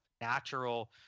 natural